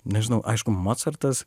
nežinau aišku mocartas